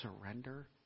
surrender